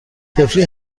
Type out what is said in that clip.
طفلی